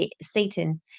Satan